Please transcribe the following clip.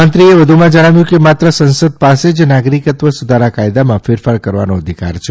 મંત્રીએ વધુમાં જણાવ્યું કે માત્ર સંસદ પાસે જ નાગરિકત્વ સુધારા કાયદામાં ફેરફા કરવાનો અધિકાર છે